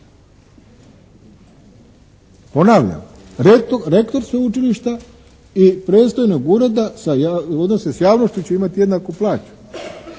Ponavljam, rektor sveučilišta i predstojnik Ureda sa javnošću će imati jednaku plaću.